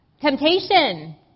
Temptation